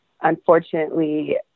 unfortunately